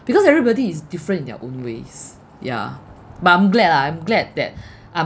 because everybody is different in their own ways yeah but I'm glad lah I'm glad that I'm